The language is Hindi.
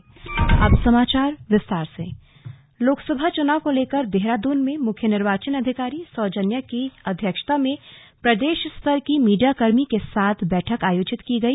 स्लग चुनाव कार्यशाला लोकसभा चुनाव को लेकर देहरादून में मुख्य निर्वाचन अधिकारी सौजन्या की अध्यक्षता में प्रदेश स्तर के मीडियाकर्मी के साथ बैठक आयोजित की गई